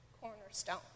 cornerstone